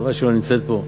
חבל שהיא לא נמצאת פה,